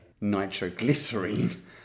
nitroglycerine